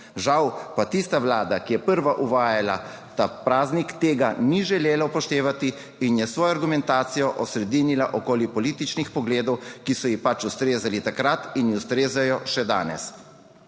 Žal pa tista vlada, ki je prva uvajala ta praznik, tega ni želela upoštevati in je svojo argumentacijo osredinila okoli političnih pogledov, ki so ji pač ustrezali takrat in ji ustrezajo še danes.